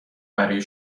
برای